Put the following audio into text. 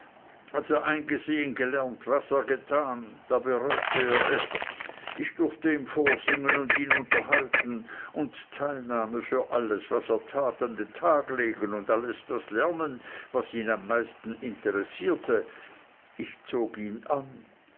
als er einsehen gelernt was er getan hatte da bereute er es ich durfte ihm vorsingen und ihn unterhalten und teilnahme für alles was er tat an den tag legen und alles das lernen was ihn am meisten interessierte ich zog ihn an